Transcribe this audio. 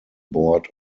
board